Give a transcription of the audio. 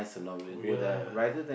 ya lah ya lah